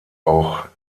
auch